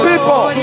People